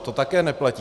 To také neplatí.